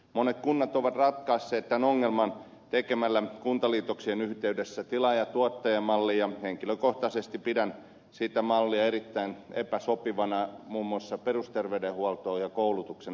monet kunnat ovat ratkaisseet tämän ongelman tekemällä kuntaliitoksien yhteydessä tilaajatuottaja mallin ja henkilökohtaisesti pidän sitä mallia erittäin epäsopivana muun muassa perusterveydenhuoltoon ja koulutukseen